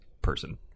person